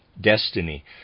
destiny